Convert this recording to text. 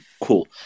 Cool